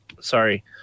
Sorry